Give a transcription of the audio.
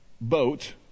boat